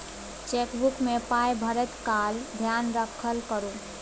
chequebook मे पाय भरैत काल धेयान राखल करू